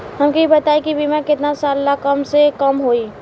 हमके ई बताई कि बीमा केतना साल ला कम से कम होई?